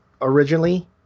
originally